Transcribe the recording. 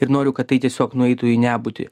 ir noriu kad tai tiesiog nueitų į nebūtį